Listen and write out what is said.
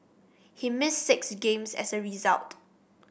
he missed six games as a result